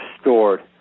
stored